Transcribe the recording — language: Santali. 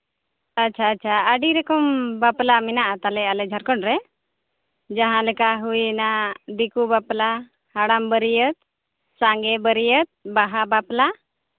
ᱟᱪᱪᱷᱟ ᱟᱪᱪᱷᱟ ᱟᱹᱰᱤ ᱨᱚᱠᱚᱢ ᱵᱟᱯᱞᱟ ᱢᱮᱱᱟᱜ ᱛᱟᱞᱮᱭᱟ ᱟᱞ ᱡᱷᱟᱲᱠᱷᱚᱸᱰ ᱨᱮᱡᱟᱦᱟᱸ ᱞᱮᱠᱟ ᱦᱩᱭ ᱮᱱᱟ ᱫᱤᱠᱩ ᱵᱟᱯᱞᱟ ᱦᱟᱲᱟᱢ ᱵᱟᱹᱨᱭᱟᱹᱛ ᱥᱟᱸᱜᱮ ᱵᱟᱹᱨᱭᱟᱹᱛ ᱵᱟᱦᱟ ᱵᱟᱯᱞᱟ